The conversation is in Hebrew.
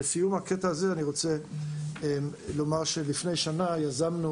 לסיום הקטע הזה אני רוצה לומר שלפני שנה יזמנו